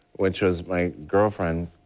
which is my girlfriend.